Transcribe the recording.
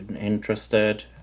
interested